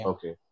Okay